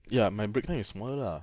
ya my break time is small lah